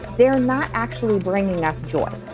they're not actually bringing us joy.